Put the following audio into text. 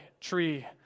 tree